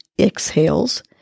exhales